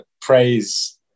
praise